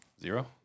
Zero